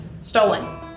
stolen